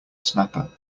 snapper